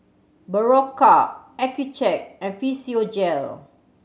Berocca Accucheck and Physiogel